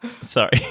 Sorry